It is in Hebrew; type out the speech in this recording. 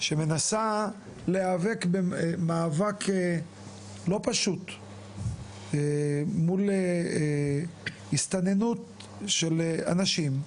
שמנסה להיאבק במאבק לא פשוט מול הסתננות של אנשים,